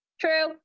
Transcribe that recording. True